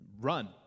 Run